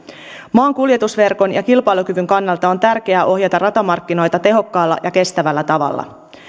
maan kuljetusverkon ja kilpailukyvyn kannalta on tärkeää ohjata ratamarkkinoita tehokkaalla ja kestävällä tavalla